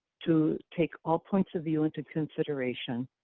to take all point of view into consideration,